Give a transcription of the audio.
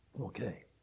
Okay